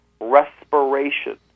respiration